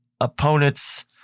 opponents